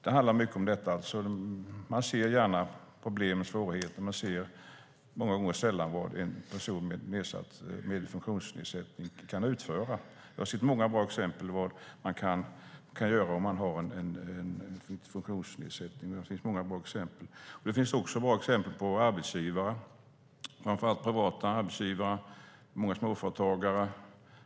Det handlar mycket om att man gärna ser problem och svårigheter men sällan vad en person med funktionsnedsättning kan utföra. Jag har sett många bra exempel på vad man kan göra om har en funktionsnedsättning. Det finns också bra exempel på arbetsgivare, framför allt privata. Många är småföretagare.